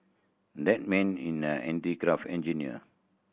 that man in an craft engineer